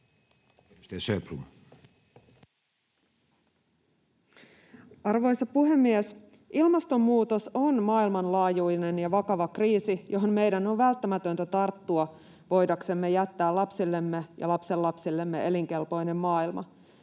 Arvoisa puhemies! Ilmastonmuutos on maailmanlaajuinen ja vakava kriisi, johon meidän on välttämätöntä tarttua voidaksemme jättää lapsillemme ja lapsenlapsillemme elinkelpoisen maailman.